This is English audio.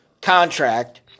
contract